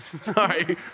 Sorry